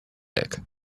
egg